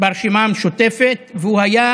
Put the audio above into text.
ברשימה המשותפת, והוא היה